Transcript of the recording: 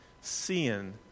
seeing